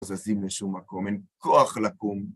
לא זזים לשום מקום, אין כוח לקום.